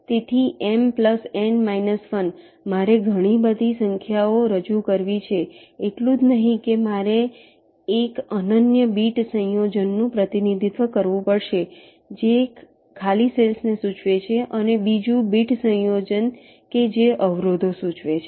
તેથી M N −1 મારે ઘણી બધી સંખ્યાઓ રજૂ કરવી છે એટલું જ નહીં કે મારે એક અનન્ય બીટ સંયોજનનું પ્રતિનિધિત્વ કરવું પડશે જે ખાલી સેલ્સ ને સૂચવે છે અને બીજું બીટ સંયોજન કે જે અવરોધો સૂચવે છે